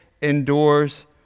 endures